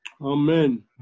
Amen